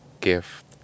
gift